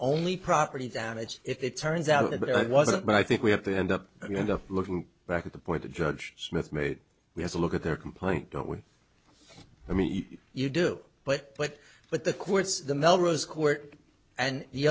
only property damage if it turns out it wasn't but i think we have to end up going to looking back at the point the judge smith made we have to look at their complaint dont we i mean you do but but but the courts the melrose court and the